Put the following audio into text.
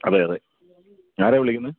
അതെയതെ ആരാണു വിളിക്കുന്നേ